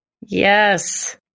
Yes